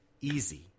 easy